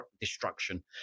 destruction